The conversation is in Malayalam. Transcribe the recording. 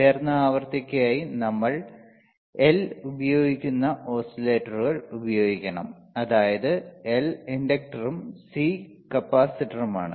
ഉയർന്ന ആവൃത്തിക്കായി നമ്മൾ L ഉപയോഗിക്കുന്ന ഓസിലേറ്ററുകൾ ഉപയോഗിക്കണം അതായത് L ഇൻഡക്റ്ററും C കപ്പാസിറ്ററുമാണ്